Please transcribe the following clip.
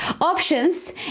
options